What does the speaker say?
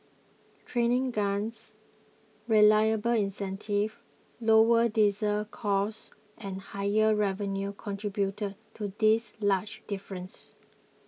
training grants reliable incentives lower diesel costs and higher revenue contributed to this large difference